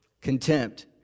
Contempt